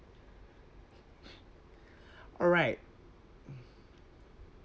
alright